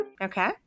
Okay